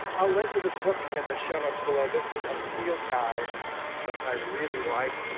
i'll link to this book in the show notes below. this is a field guide that i really like.